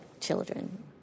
children